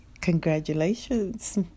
congratulations